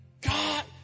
God